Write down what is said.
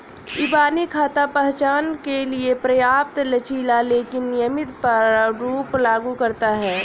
इबानी खाता पहचान के लिए पर्याप्त लचीला लेकिन नियमित प्रारूप लागू करता है